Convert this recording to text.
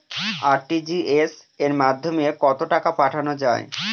RTGS এর মাধ্যমে কত টাকা পাঠানো যায়?